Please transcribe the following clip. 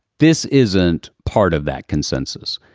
this isn't part of that consensus.